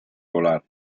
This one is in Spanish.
volar